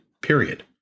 period